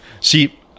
See